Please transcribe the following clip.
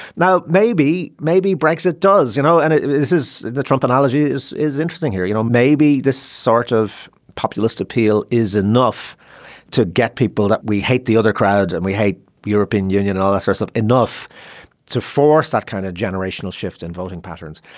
now maybe maybe brexit does you know and this is the trump analogy is is interesting here. you know maybe this sort of populist appeal is enough to get people that we hate the other crowd and we hate european union and all sorts of. enough to force that kind of generational shift in voting patterns.